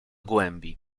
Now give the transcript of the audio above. głębi